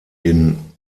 den